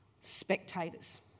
spectators